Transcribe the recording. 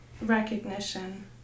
recognition